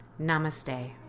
Namaste